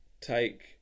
take